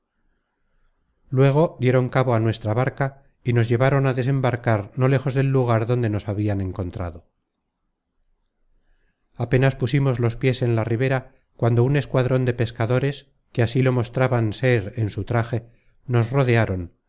luego dieron cabo a nuestra barca y nos llevaron a desembarcar no lejos del lugar donde nos habian encontrado apenas pusimos los piés en la ribera cuando un escuadron de pescadores que así lo mostraban ser en su traje nos rodearon